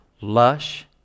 Lush